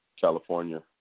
California